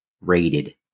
rated